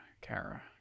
Kara